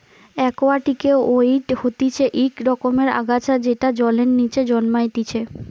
একুয়াটিকে ওয়িড হতিছে ইক রকমের আগাছা যেটা জলের নিচে জন্মাইতিছে